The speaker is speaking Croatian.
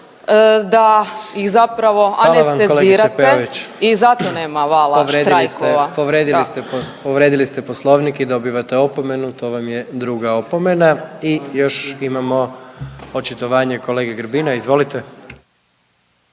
… povrijedili ste, povrijedili ste Poslovnik i dobivate opomenu, to vam je druga opomena. I još imamo očitovanje kolege Grbina, izvolite.